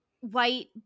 white